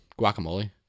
guacamole